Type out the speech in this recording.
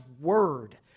word